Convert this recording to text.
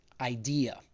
idea